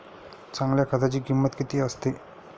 चांगल्या खताची किंमत किती असते?